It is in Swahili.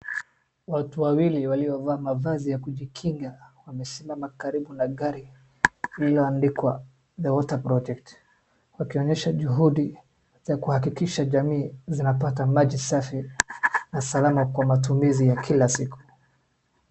Watu wawili waliovaa mavazi ya kujikinga wamesimama karibu na gari lililoandikwa 'The Water Project', wakionyesha juhudi za kuhakikisha jamii zinapata maji safi na salama kwa matumizi ya kila siku.